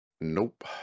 Nope